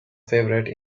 favorite